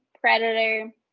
predator